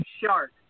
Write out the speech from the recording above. shark